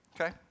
Okay